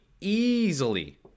easily